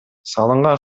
салынган